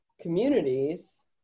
communities